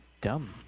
dumb